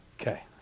Okay